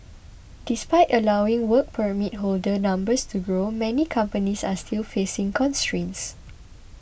despite allowing Work Permit holder numbers to grow many companies are still facing constraints